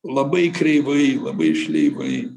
labai kreivai labai šleivai